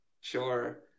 Sure